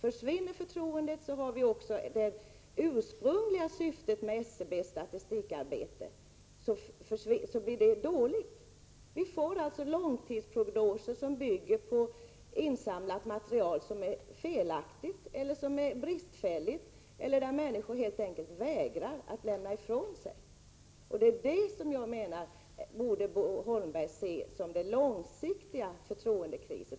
Försvinner förtroendet blir det ursprungliga syftet med SCB:s statistikarbete dåligt. Vi får långtidsprognoser som bygger på insamlat material som är 65 felaktigt eller bristfälligt, och människor vägrar helt enkelt att lämna ifrån sig uppgifter. Jag menar att Bo Holmberg borde se risken för en sådan långsiktig förtroendekris.